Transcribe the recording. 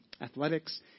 athletics